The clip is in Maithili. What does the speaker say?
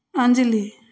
अञ्जली